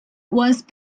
once